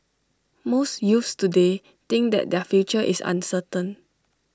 most youths today think that their future is uncertain